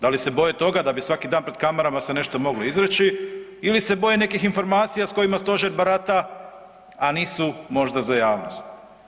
Da li se boje toga da bi svaki dan pred kamerama se nešto moglo izreći ili se boje nekih informacija s kojima stožer barata, a nisu možda za javnost?